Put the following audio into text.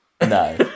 No